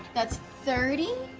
that's thirty?